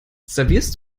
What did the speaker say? servierst